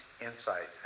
insight